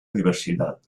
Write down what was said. diversidad